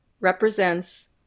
represents